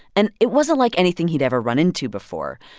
and it wasn't like anything he'd ever run into before.